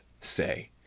say